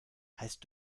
heißt